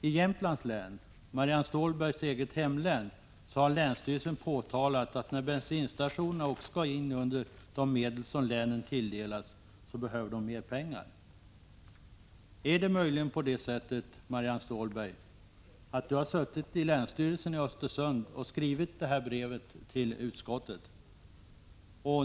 I Jämtlands län, Marianne Stålbergs hemlän, har länsstyrelsen påtalat att när också bensinstationerna skall omfattas av de medel som anslås till länen behöver dessa mer pengar. Är det möjligen så att Marianne Stålberg har suttit i länsstyrelsen i Östersund och skrivit brevet härom till utskottet?